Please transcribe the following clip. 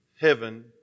heaven